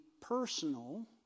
personal